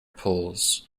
poles